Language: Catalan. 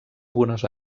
buenos